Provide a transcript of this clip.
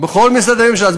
בכל משרדי הממשלה.